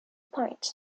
points